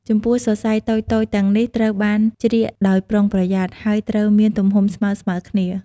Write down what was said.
ចំពោះសរសៃតូចៗទាំងនេះត្រូវបានជ្រៀកដោយប្រុងប្រយ័ត្ន ហើយត្រូវមានទំហំស្មើៗគ្នា។